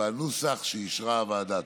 בנוסח שאישרה הוועדה.